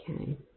okay